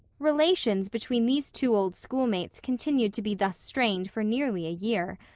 relations between these two old schoolmates continued to be thus strained for nearly a year!